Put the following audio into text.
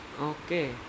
Okay